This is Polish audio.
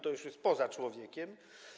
To już jest poza człowiekiem.